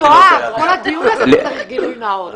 כל הדיון הזה אתה צריך גילוי נאות.